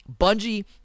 bungie